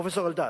פרופסור אלדד.